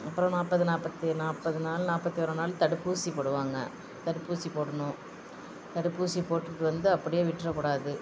அப்புறோம் நாற்பது நாற்பத்தி நாற்பது நாள் நாற்பத்தி ஓர் நாள் தடுப்பூசி போடுவாங்க தடுப்பூசி போடணும் தடுப்பூசி போட்டுகிட்டு வந்து அப்படே விட்டுற கூடாது